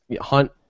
hunt